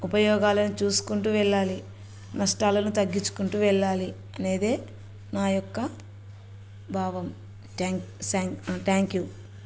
ఉపయోగాలు చూసుకుంటు వెళ్ళాలి నష్టాలను తగ్గించుకుంటు వెళ్ళాలి అనేది నా యొక్క భావం థ్యాంక్ థ్యాంక్ థ్యాంక్ యూ